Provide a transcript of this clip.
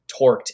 torqued